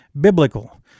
biblical